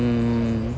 mm